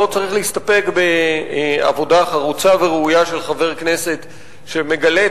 לא צריך להסתפק בעבודה חרוצה וראויה של חבר כנסת שמגלה את